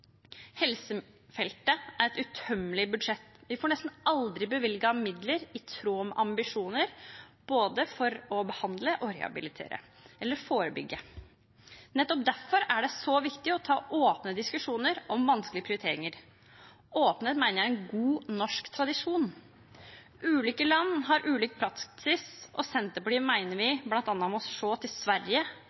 Helsefeltet er et utømmelig budsjett. Vi får nesten aldri bevilget midler i tråd med ambisjoner, for både å behandle, rehabilitere og forebygge. Nettopp derfor er det så viktig å ta åpne diskusjoner om vanskelige prioriteringer. Åpenhet mener jeg er en god norsk tradisjon. Ulike land har ulik praksis, og Senterpartiet mener vi bl.a. må se til Sverige